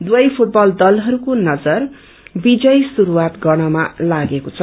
दुवै फूटबल दलहरूको नजर विजयी शुस्वात गर्नमा लागेको छ